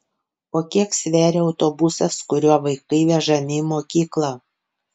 o kiek sveria autobusas kuriuo vaikai vežami į mokyklą